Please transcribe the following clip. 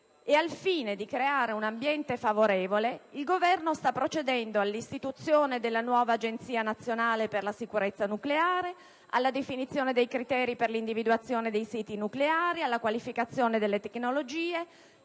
Al fine di creare un ambiente favorevole, il Governo sta procedendo all'istituzione della nuova agenzia nazionale per la sicurezza nucleare, alla definizione dei criteri per l'individuazione dei siti nucleari e la qualificazione delle tecnologie,